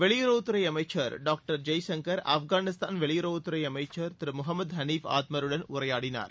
வெளியுறவு அமைச்சர் டாக்டர் ஜெய்சங்கர் ஆப்கானிஸ்தான் வெளியுறவுத்துறைஅமைச்சர் திருமுகமத் ஹனீப் ஆத்மருடன் உரையாடினார்